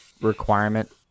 requirement